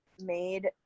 made